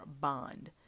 bond